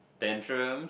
tantrums